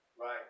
Right